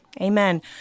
Amen